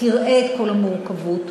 תראה את כל המורכבות,